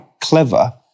clever